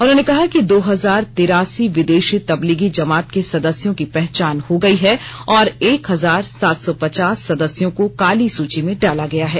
उन्होंने कहा कि दो हजार तिरासी विदेशी तबलीगी जमात के सदस्यों की पहचान हो गई है और एक हजार सात सौ पचास सदस्यों को काली सूची में डाला गया है